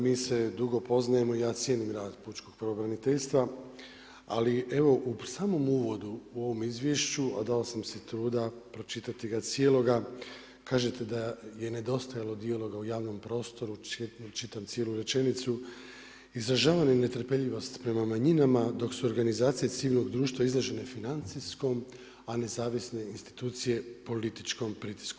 Mi se dugo poznajemo i ja cijenim rad pučkog pravobraniteljstva, ali evo u samom uvodu u ovom izvješću, a dao sam si truda pročitati ga cijeloga kažete da je nedostajalo dijaloga u javnom prostoru, čitam cijelu rečenicu izražavali netrpeljivost prema manjinama dok su organizacije civilnog društva izložene financijskom, a nezavisne institucije političkom pritisku.